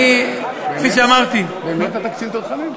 אני, כפי שאמרתי, באמת אתה קצין תותחנים?